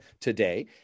today